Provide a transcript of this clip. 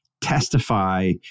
testify